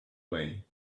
way